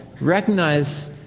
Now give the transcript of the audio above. recognize